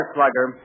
Slugger